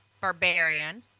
Barbarian